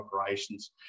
operations